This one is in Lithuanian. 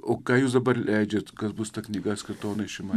o ką jūs dabar leidžiat kas bus ta knyga skirta onai šimaitei